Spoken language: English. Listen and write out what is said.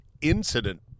incident